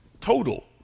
total